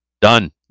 Done